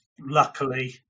luckily